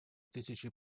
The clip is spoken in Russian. тысячи